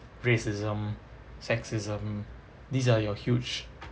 racism sexism these are your huge